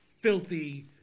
filthy